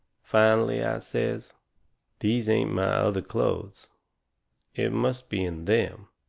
finally i says these ain't my other clothes it must be in them.